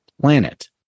planet